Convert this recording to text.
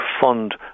fund